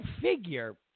figure